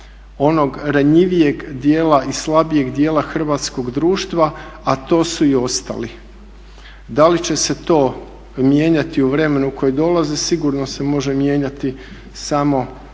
onog ranjivijeg dijela i slabijeg dijela hrvatskog društva, a to su i ostali. Da li će se to mijenjati u vremenu koje dolazi, sigurno se može mijenjati samo